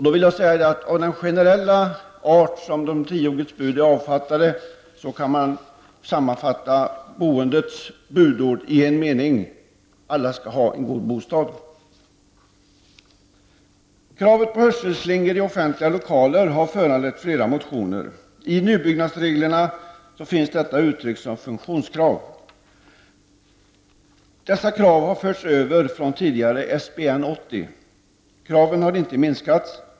Då vill jag säga att med tanke på det generella sätt som tio Guds bud är avfattade kan man sammanfatta boendets budord i en mening: Alla skall ha en god bostad. Kravet på hörselslingor i offentliga lokaler har föranlett flera motioner. I nybyggnadsreglerna finns detta uttryckt som funktionskrav. Dessa krav har förts över från tidigare SBN 80. Kraven har inte minskat.